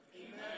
Amen